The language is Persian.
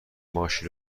ماشین